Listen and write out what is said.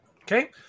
Okay